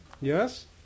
Yes